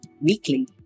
weekly